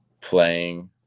playing